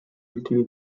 ultimi